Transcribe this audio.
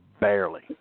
barely